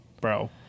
Bro